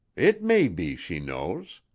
it may be she knows.